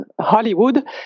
Hollywood